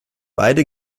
beide